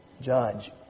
Judge